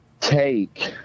take